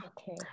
Okay